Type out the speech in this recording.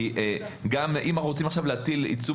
כי גם אם אנחנו רוצים עכשיו להטיל עיצום